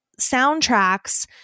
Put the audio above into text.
Soundtracks